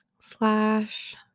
slash